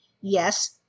Yes